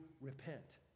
repent